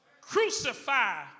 Crucify